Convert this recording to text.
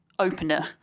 opener